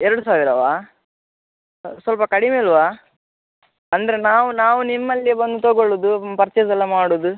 ಎರಡು ಸಾವಿರವ ಸ್ವಲ್ಪ ಕಡಿಮೆ ಇಲ್ಲವ ಅಂದರೆ ನಾವು ನಾವು ನಿಮ್ಮಲ್ಲಿಯೇ ಬಂದು ತಗೊಳ್ಳೋದು ಪರ್ಚೆಸ್ ಎಲ್ಲ ಮಾಡೋದು